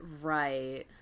Right